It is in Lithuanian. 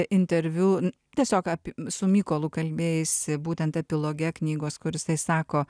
interviu tiesiog api su mykolu kalbėjaisi būtent epiloge knygos kur jisai sako